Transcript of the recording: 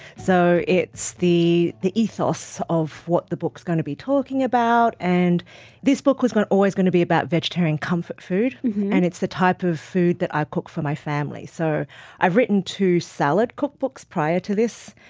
so it's the the ethos of what the book's going to be talking about, and this book was always going to be about vegetarian comfort food and it's the type of food that i cook for my family. so i've written two salad cookbooks prior to this.